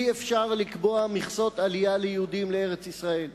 אי-אפשר לקבוע מכסות עלייה ליהודים לארץ-ישראל.